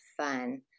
fun